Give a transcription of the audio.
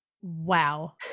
Wow